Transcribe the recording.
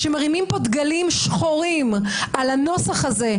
שמרימים פה דגלים שחורים על הנוסח הזה,